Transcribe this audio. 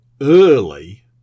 early